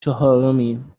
چهارمیم